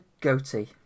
goatee